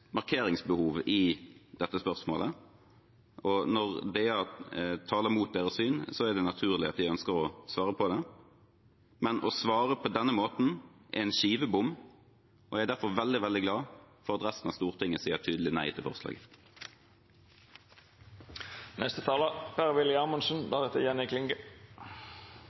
markeringsbehov i dette spørsmålet, og når DA taler imot deres syn, er det naturlig at de ønsker å svare på det. Men å svare på denne måten er en skivebom, og jeg er derfor veldig, veldig glad for at resten av Stortinget sier tydelig nei til forslaget. I likhet med forrige taler